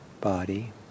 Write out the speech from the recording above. body